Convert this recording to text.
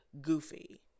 goofy